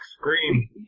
Scream